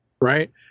right